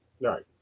right